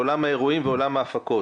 בעולם האירועים ובעולם ההפקות.